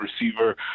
receiver